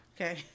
Okay